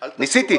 ניסיתי.